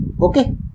Okay